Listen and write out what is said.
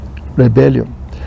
Rebellion